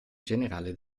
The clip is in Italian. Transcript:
generale